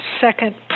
second